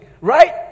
Right